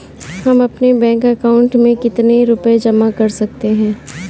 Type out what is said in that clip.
हम अपने bank account में कितने रुपये जमा कर सकते हैं?